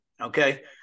Okay